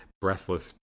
breathless